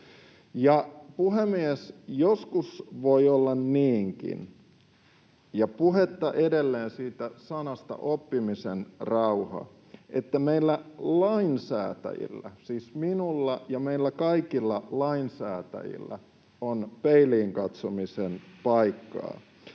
puhemies! Joskus voi olla niinkin — ja puhe on edelleen sanoista oppimisen rauha — että meillä lainsäätäjillä, siis minulla ja meillä kaikilla lainsäätäjillä, on peiliin katsomisen paikka.